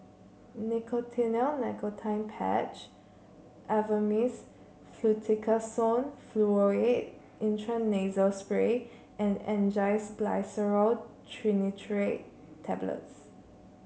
Nicotinell Nicotine Patch Avamys Fluticasone Furoate Intranasal Spray and Angised Glyceryl Trinitrate Tablets